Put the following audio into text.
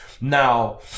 Now